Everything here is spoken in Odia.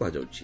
କୁହାଯାଉଛି